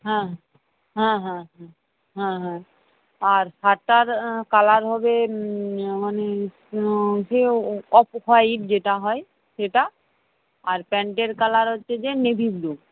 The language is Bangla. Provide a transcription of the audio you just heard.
হ্যাঁ হ্যাঁ হ্যাঁ হ্যাঁ হ্যাঁ হ্যাঁ আর শার্টটার কালার হবে মানে অফ হোয়াইট যেটা হয় সেটা আর প্যান্টের কালার হচ্ছে যে নেভি ব্লু